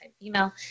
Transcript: female